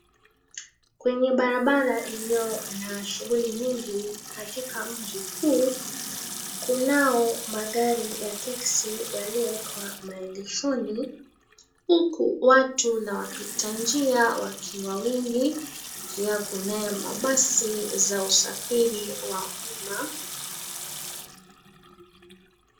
Kwenye barabara iliyo na shughuli nyingi katika mji huu. Kunao magari ya teksi yaliowekwa maegeshoni, huku watu na wapita njia wakiwa wengi. Pia kunaye mabasi za usafiri wa umma.